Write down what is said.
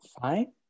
fine